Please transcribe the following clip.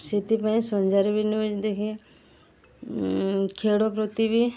ସେଥିପାଇଁ ସଞ୍ଜରେ ବି ନ୍ୟୁଜ୍ ଦେଖେ ଖେଳ ପ୍ରତି ବି